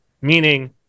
meaning